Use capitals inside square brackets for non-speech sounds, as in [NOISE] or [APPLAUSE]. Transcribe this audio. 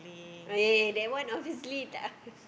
oh ya ya that one obviously tidak [LAUGHS]